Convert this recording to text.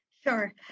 Sure